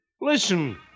Listen